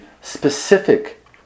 specific